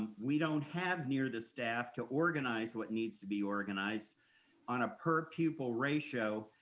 we don't have near the staff to organize what needs to be organized on a per pupil ratio,